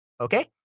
okay